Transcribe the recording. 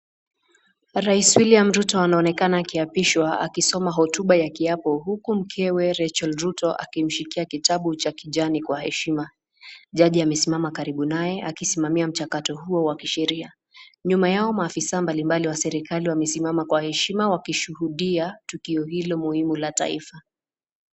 Rais William Ruto anaonekana akiapishwa, akisoma hotuba ya kiapo, huku mkewe Rachael Ruto akimshikia kitabu cha kijani kwa heshima. Jaji amesimama karibu naye, akisimamia mchakato huo wa kisheria. Nyuma yao maafisa mbali mbali wa serikali wamesimama kwa heshima wakishuhudia tukio hilo muhimu la taifa.